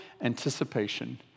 anticipation